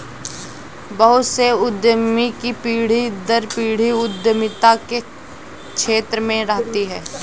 बहुत से उद्यमी की पीढ़ी दर पीढ़ी उद्यमिता के क्षेत्र में रहती है